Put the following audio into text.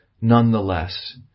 nonetheless